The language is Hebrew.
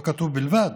לא כתוב "בלבד",